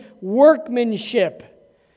workmanship